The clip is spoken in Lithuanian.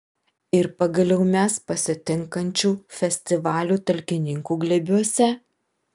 ir pagaliau mes pasitinkančių festivalio talkininkų glėbiuose